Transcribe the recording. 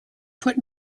put